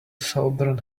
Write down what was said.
southern